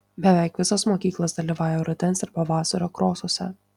beveik visos mokyklos dalyvauja rudens ir pavasario krosuose